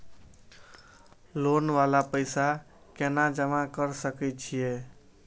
Loan वाला पैसा केना जमा कर सके छीये?